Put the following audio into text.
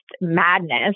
madness